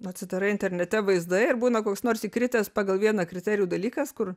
atsidarai internete vaizdai ir būna koks nors įkritęs pagal vieną kriterijų dalykas kur